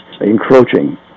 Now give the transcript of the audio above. encroaching